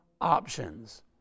options